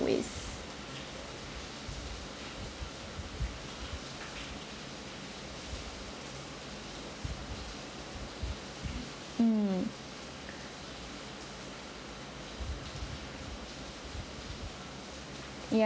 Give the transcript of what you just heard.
with mm ya